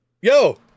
yo